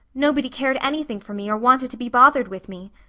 nobody cared anything for me or wanted to be bothered with me.